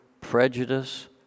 prejudice